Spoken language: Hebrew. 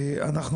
ברשותכם,